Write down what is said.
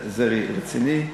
זה רציני?